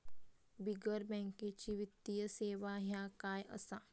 बिगर बँकेची वित्तीय सेवा ह्या काय असा?